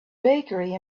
bakery